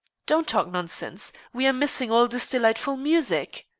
don't talk nonsense. we are missing all this delightful music.